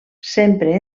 sempre